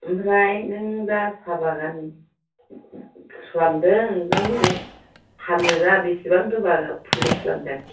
ओमफ्राय नों दा साहाबागान खालामदों नोंनि फानो दा बिसिबांथो फुलि खालामदों